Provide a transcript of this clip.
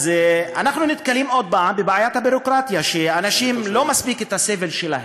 אז אנחנו נתקלים עוד פעם בבעיית הביורוקרטיה שלא מספיק הסבל של האנשים,